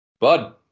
Bud